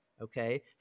Okay